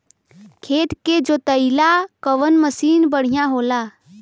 खेत के जोतईला कवन मसीन बढ़ियां होला?